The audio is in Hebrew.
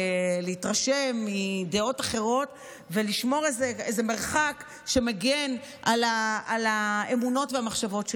להתרשם מדעות אחרות ולשמור איזה מרחק שמגן על האמונות והמחשבות שלי.